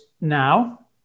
now